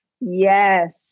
Yes